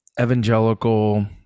evangelical